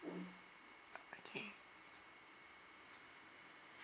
uh okay